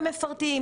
ומפרטים.